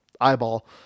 eyeball